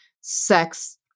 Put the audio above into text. sex